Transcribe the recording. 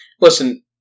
Listen